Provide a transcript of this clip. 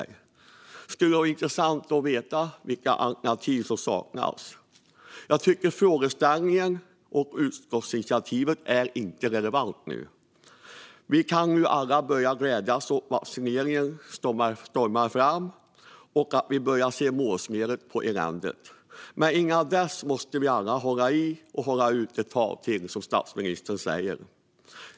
Det skulle vara intressant att veta vilka alternativ som saknas. Jag tycker att frågeställningen och utskottsinitiativet inte är relevanta nu. Vi kan nu alla börja glädjas åt att vaccineringen stormar fram och att vi börjar se målsnöret när det gäller eländet. Men innan dess måste vi alla hålla i och hålla ut ett tag till, som statsministern säger.